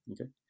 Okay